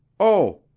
oh!